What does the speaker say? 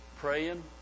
praying